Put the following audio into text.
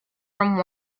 from